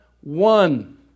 one